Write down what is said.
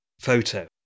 photo